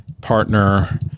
partner